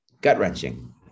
gut-wrenching